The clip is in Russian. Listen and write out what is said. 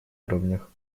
уровнях